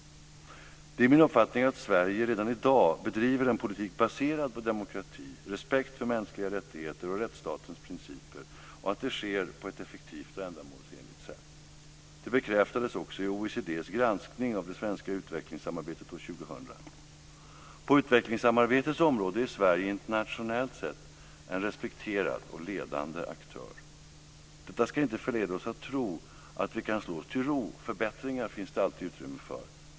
Det är min uppfattning att Sverige redan i dag bedriver en politik baserad på demokrati, respekt för mänskliga rättigheter och rättsstatens principer och att det sker på ett effektivt och ändamålsenligt sätt. Det bekräftades också i OECD:s granskning av det svenska utvecklingssamarbetet år 2000. På utvecklingssamarbetets område är Sverige internationellt sett en respekterad och ledande aktör. Detta ska inte förleda oss att tro att vi kan slå oss till ro. Förbättringar finns det alltid utrymme för.